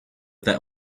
that